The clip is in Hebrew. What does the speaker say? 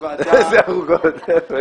-- אני